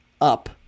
up